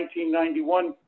1991